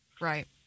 Right